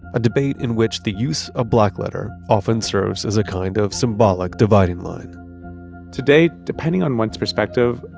a debate in which the use of blackletter often serves as a kind of symbolic dividing line today, depending on one's perspective,